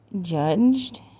judged